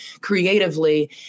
creatively